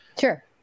Sure